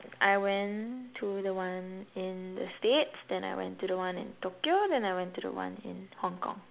I went to the one in the States then I went to the one in Tokyo then I went to the one in Hong-Kong